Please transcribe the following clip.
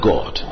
God